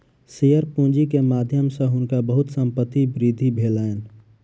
share पूंजी के माध्यम सॅ हुनका बहुत संपत्तिक वृद्धि भेलैन